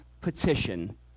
petition